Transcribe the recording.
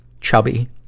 chubby